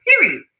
period